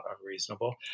unreasonable